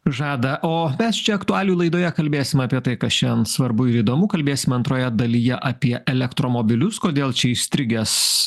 žada o mes čia aktualijų laidoje kalbėsim apie tai kas šiandien svarbu ir įdomu kalbėsim antroje dalyje apie elektromobilius kodėl čia įstrigęs